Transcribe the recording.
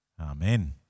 Amen